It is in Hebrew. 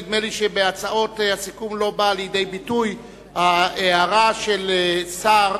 נדמה לי שבהצעות הסיכום לא באה לידי ביטוי ההערה של השר